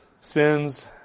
sins